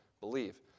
believe